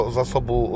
zasobu